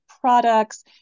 products